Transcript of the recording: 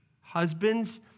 husbands